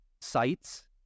sites